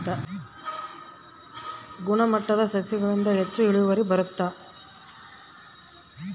ಗುಣಮಟ್ಟ ಸಸಿಗಳಿಂದ ಹೆಚ್ಚು ಇಳುವರಿ ಬರುತ್ತಾ?